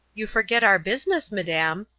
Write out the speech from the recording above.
you forget our business, madam,